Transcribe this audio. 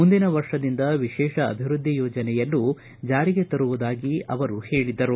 ಮುಂದಿನ ವರ್ಷದಿಂದ ವಿಶೇಷ ಅಭಿವೃದ್ಧಿ ಯೋಜನೆಯನ್ನು ಜಾರಿಗೆ ತರುವುದಾಗಿ ಅವರು ಹೇಳಿದರು